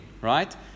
right